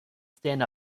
stand